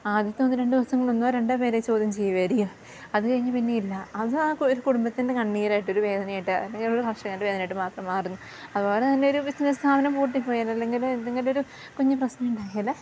ആദ്യത്തെ ഒന്നു രണ്ട് ദിവസങ്ങളിൽ ഒന്നോ രണ്ടോ പേരെ ചോദ്യം ചെയ്യുമായിരിക്കും അതുകഴിഞ്ഞ് പിന്നെ ഇല്ല അത് ആ ഒരു കുടുംബത്തിൻ്റെ കണ്ണീരായിട്ടൊരു വേദനയായിട്ട് അല്ലെങ്കിലൊരു കർഷകൻ്റെ വേദനയായിട്ട് മാത്രം മാറുന്നു അതുപോലെതന്നൊരു ബിസിനസ്സ് സ്ഥാപനം പൂട്ടിപ്പോയാലോ അല്ലെങ്കിൽ എന്തെങ്കിലുമൊരു കുഞ്ഞു പ്രശ്നം ഉണ്ടായാൽ